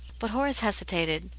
but horace hesitated.